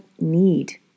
need